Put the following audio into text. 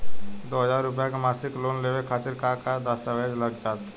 दो हज़ार रुपया के मासिक लोन लेवे खातिर का का दस्तावेजऽ लग त?